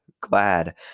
glad